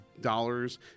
dollars